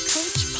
Coach